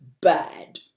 bad